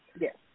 Yes